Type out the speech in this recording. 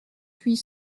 huit